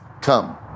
come